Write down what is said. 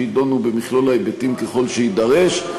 שידונו במכלול ההיבטים ככל שיידרש.